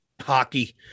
hockey